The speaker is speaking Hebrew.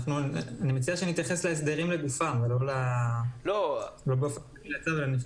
מציע שנתייחס להסדרים לגופם ולא באופן כללי.